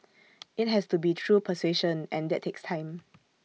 IT has to be through persuasion and that takes time